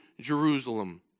Jerusalem